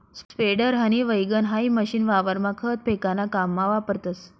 spreader, हनी वैगण हाई मशीन वावरमा खत फेकाना काममा वापरतस